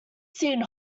seen